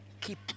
keep